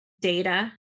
data